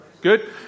Good